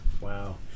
Wow